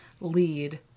lead